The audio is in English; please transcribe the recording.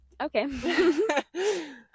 Okay